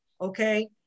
Okay